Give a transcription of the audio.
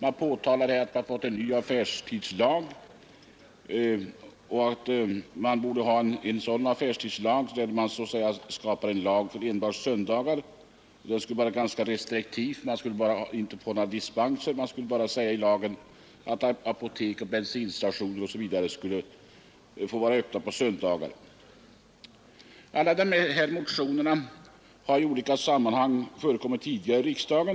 En ny affärstidslag bör enligt motionärerna skapas enbart för söndagen. Man bör vara restriktiv med dispenser; i lagen skulle stadgas att endast apotek, bensinstationer o. d. skulle få vara öppna på söndagen. Alla dessa motioner har i olika sammanhang förekommit vid tidigare riksdagar.